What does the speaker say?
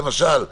למשל,